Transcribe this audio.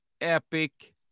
epic